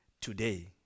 today